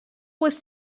was